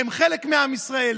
הן חלק מעם ישראל,